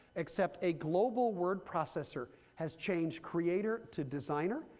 except a global word processor has changed creator to designer,